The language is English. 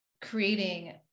creating